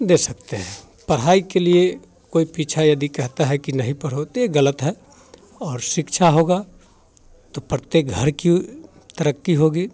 दे सकते हैं पढ़ाई के लिए कोई पीछा यदि कहता है कि नहीं पढ़ो तो ये गलत है और शिक्षा होगा तो प्रत्येक घर की तरक्की होगी